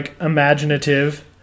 imaginative